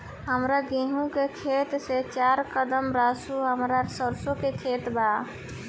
हमार गेहू के खेत से चार कदम रासु हमार सरसों के खेत बा